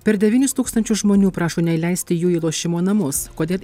per devynis tūkstančius žmonių prašo neįleisti jų į lošimo namus kodėl